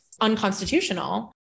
unconstitutional